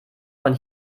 von